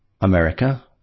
America